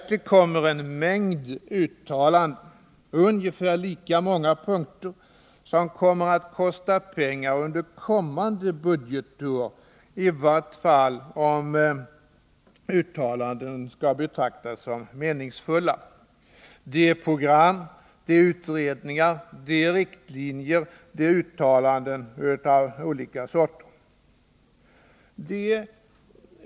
Härtill kommer en mängd uttalanden på ungefär lika många punkter, vilka kommer att kosta pengar under kommande budgetår, i varje fall om uttalandena skall betraktas såsom meningsfulla. Det gäller program, utredningar, riktlinjer och uttalanden av olika sorter.